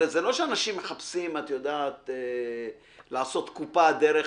הרי זה לא שאנשים מחפשים לעשות קופה דרך